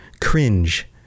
cringe